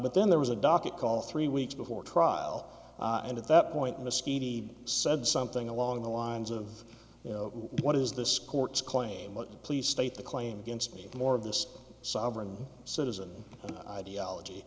but then there was a docket call three weeks before trial and at that point miskito he said something along the lines of you know what is this court's claim please state the claim against me more of this sovereign citizen ideology